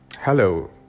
Hello